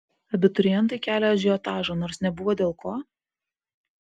abiturientai kelią ažiotažą nors nebuvo dėl ko